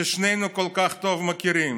ששנינו כל כך טוב מכירים.